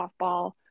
softball